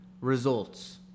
results